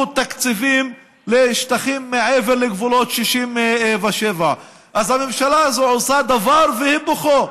תקציבים לשטחים מעבר לגבולות 67'. אז הממשלה הזו עושה דבר והיפוכו.